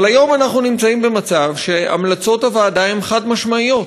אבל כיום אנחנו נמצאים במצב שהמלצות הוועדה הן חד-משמעיות.